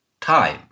time